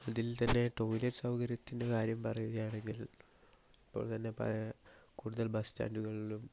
അതിൽ തന്നെ ടൊയ്ലറ്റ് സൗകര്യത്തിൻ്റെ കാര്യം പറയുകയാണെങ്കിൽ ഇപ്പോൾ തന്നെ പ കൂടുതൽ ബസ് സ്റ്റാൻഡുകളിലും